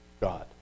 God